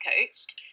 coached